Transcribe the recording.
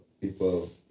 people